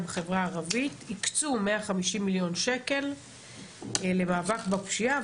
בחברה הערבית היקצו מאה חמישים מיליון שקל למאבק בפשיעה.